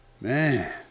Man